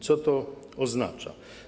Co to oznacza?